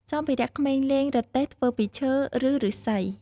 សម្ភារៈក្មេងលេងរទេះ ធ្វើពីឈើ ឬឫស្សី។